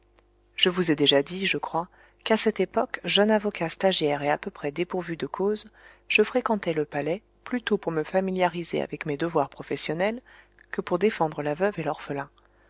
je vous ai déjà dit je crois qu'à cette époque jeune avocat stagiaire et à peu près dépourvu de causes je fréquentais le palais plutôt pour me familiariser avec mes devoirs professionnels que pour défendre la veuve et l'orphelin